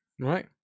right